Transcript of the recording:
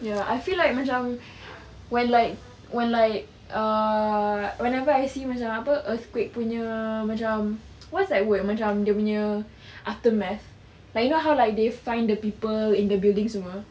ya I feel like macam when like when like uh whenever I see macam yang apa earthquake punya macam what's that word macam dia punya aftermath like you know how they find the people in the building semua